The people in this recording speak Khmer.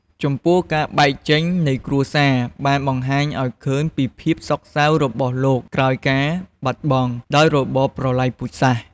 ចំពោះការបែកចេញនៃគ្រួសារបានបង្ហាញឲ្យឃើញពីភាពសោកសៅរបស់លោកក្រោយការបាត់បង់ ដោយរបបប្រលៃពូជសាសន៍។